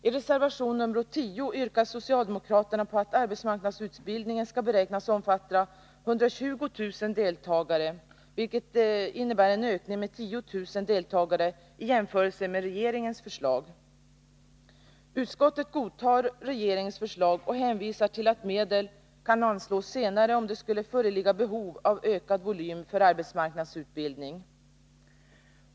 I reservation 10 yrkar socialdemokraterna att arbetsmarknadsutbildningen skall beräknas omfatta 120 000 deltagare, vilket innebär en ökning med 10 000 deltagare i jämförelse med regeringens förslag. Utskottet godtar regeringens förslag och hänvisar till att medel kan anslås senare om det skulle föreligga behov av ökad volym för arbetsmarknadsutbildning.